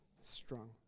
strong